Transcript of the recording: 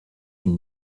une